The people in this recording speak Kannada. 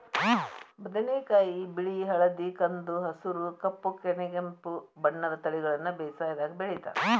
ಬದನೆಕಾಯಿ ಬಿಳಿ ಹಳದಿ ಕಂದು ಹಸುರು ಕಪ್ಪು ಕನೆಗೆಂಪು ಬಣ್ಣದ ತಳಿಗಳನ್ನ ಬೇಸಾಯದಾಗ ಬೆಳಿತಾರ